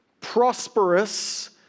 prosperous